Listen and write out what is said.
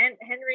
Henry